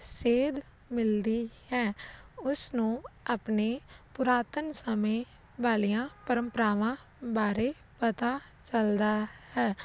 ਸੇਧ ਮਿਲਦੀ ਹੈ ਉਸ ਨੂੰ ਆਪਣੇ ਪੁਰਾਤਨ ਸਮੇਂ ਵਾਲੀਆਂ ਪਰੰਪਰਾਵਾਂ ਬਾਰੇ ਪਤਾ ਚਲਦਾ ਹੈ